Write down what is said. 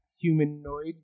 humanoid